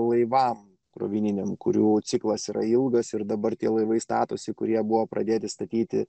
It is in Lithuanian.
laivams krovininiams kurių ciklas yra ilgas ir dabar tie laivai statosi kurie buvo pradėti statyti